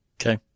Okay